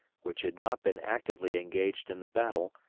which had not been actively engaged in the battle,